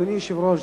אדוני היושב-ראש,